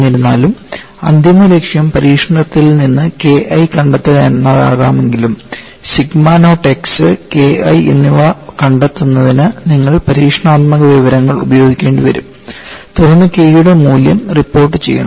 എന്നിരുന്നാലും അന്തിമ ലക്ഷ്യം പരീക്ഷണത്തിൽ നിന്ന് KI കണ്ടെത്തുക എന്നതാകാമെങ്കിലും സിഗ്മ നോട്ട് x KI എന്നിവ കണ്ടെത്തുന്നതിന് നിങ്ങൾ പരീക്ഷണാത്മക വിവരങ്ങൾ ഉപയോഗിക്കേണ്ടിവരും തുടർന്ന് K യുടെ മൂല്യം റിപ്പോർട്ടുചെയ്യണം